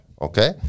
okay